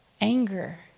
anger